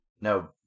No